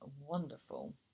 wonderful